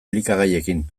elikagaiekin